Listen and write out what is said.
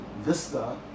Vista